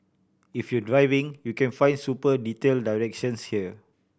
if you driving you can find super detail directions here